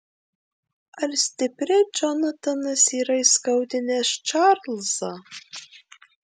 ar stipriai džonatanas yra įskaudinęs čarlzą